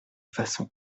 façon